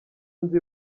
nzi